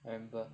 I remember